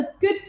good